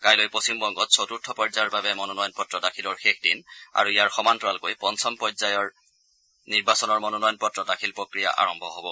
কাইলৈ পশ্চিম বংগত চতুৰ্থ পৰ্যায়ৰ বাবে মনোনয়নপত্ৰ দাখিলৰ শেষ দিন আৰু ইয়াৰ সমান্তৰালকৈ পঞ্চম পৰ্যায়ৰ নিৰ্বাচনৰ মনোনয়নপত্ৰ দাখিল প্ৰক্ৰিয়া আৰম্ভ হব